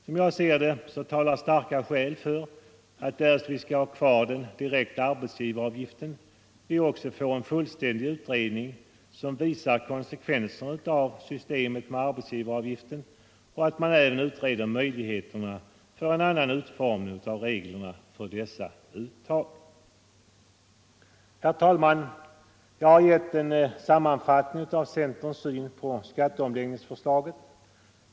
Som jag ser det talar starka skäl för att vi — därest vi skall ha kvar den direkta arbetsgivaravgiften — får en fullständig utredning som visar konsekvenserna av systemet med arbetsgivaravgifter och att man även utreder möjligheterna till en annan utformning av reglerna för dessa uttag. Herr talman! Jag har gett en sammanfattning av centerns syn på skatteomläggningsförslaget.